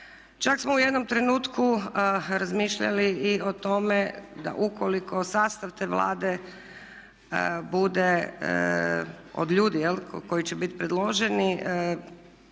Čak smo u jednom trenutku razmišljali i o tome da ukoliko sastav te Vlade bude od ljudi jel', koji će biti predloženi,